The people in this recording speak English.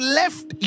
left